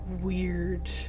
weird